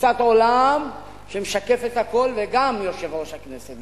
בתפיסת עולם שמשקפת הכול, וגם יושב-ראש הכנסת.